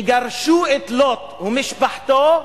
גרשו את לוט ומשפחתו,